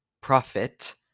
profit